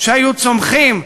שהיו צונחים,